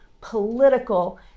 political